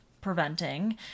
preventing